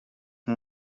nko